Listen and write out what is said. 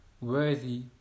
worthy